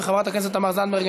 חברת הכנסת תמר זנדברג,